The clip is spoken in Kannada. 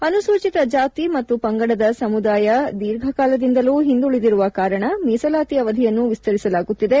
ಅನುಸೂಚಿತ ಜಾತಿ ಮತ್ತು ಪಂಗಡದ ಸಮುದಾಯ ದೀರ್ಘಕಾಲದಿಂದಲೂ ಹಿಂದುಳಿದಿರುವ ಕಾರಣ ಮೀಸಲಾತಿ ಅವಧಿಯನ್ನು ವಿಸ್ತರಿಸಲಾಗುತ್ತಿದೆ